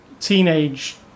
teenage